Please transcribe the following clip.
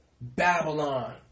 Babylon